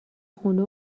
خونه